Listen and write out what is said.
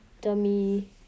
dummy